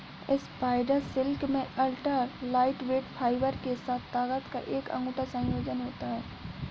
spider silk में ultra lightweight fibre के साथ ताकत का एक अनूठा संयोजन होता है